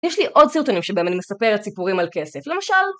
יש לי עוד סרטונים שבהם אני מספרת סיפורים על כסף, למשל...